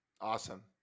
Awesome